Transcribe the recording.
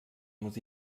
muss